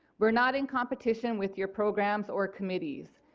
we are not in competition with your programs or committees.